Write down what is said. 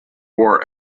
war